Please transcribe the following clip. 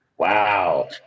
Wow